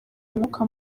umwuka